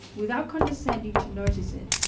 without condescending to notice it,